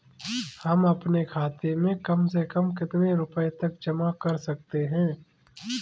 हम अपने खाते में कम से कम कितने रुपये तक जमा कर सकते हैं?